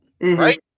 right